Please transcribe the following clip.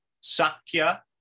Sakya